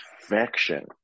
perfection